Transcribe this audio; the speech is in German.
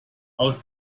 aus